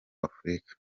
afurika